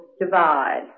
divide